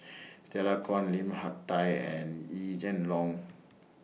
Stella Kon Lim Hak Tai and Yee Jenn Jong